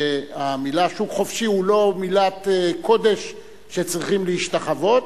שהמלה "שוק חופשי" היא לא מילת קודש שצריכים להשתחוות,